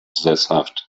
sesshaft